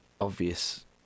obvious